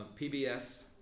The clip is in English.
PBS